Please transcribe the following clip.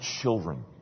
children